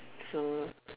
so